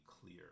clear